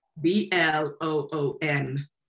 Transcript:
B-L-O-O-M